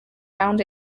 found